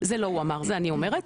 זה לא הוא אמר זה אני אומרת.